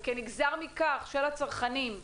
וכנגזר מכך של הצרכנים,